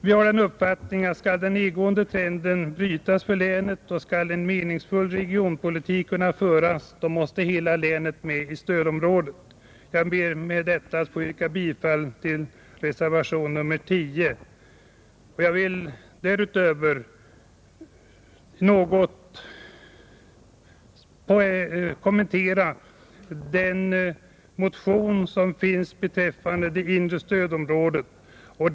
Vi har den uppfattningen att om den nedåtgående trenden för länet skall brytas, och om en meningsfull regionpolitik skall kunna föras, måste hela länet med i stödområdet. Jag ber med dessa ord få yrka bifall till reservationen 10. Därutöver vill jag något kommentera den motion som finns beträffande det inre stödområdet.